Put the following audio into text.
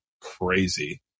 crazy